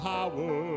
Power